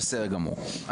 בסדר גמור.